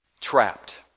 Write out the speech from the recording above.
trapped